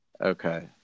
Okay